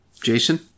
Jason